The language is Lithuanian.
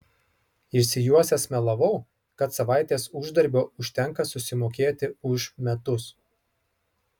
išsijuosęs melavau kad savaitės uždarbio užtenka susimokėti už metus